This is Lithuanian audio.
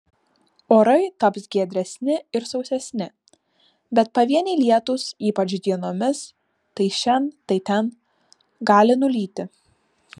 orai taps giedresni ir sausesni bet pavieniai lietūs ypač dienomis tai šen tai ten gali nulyti